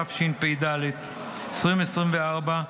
התשפ"ד 2024,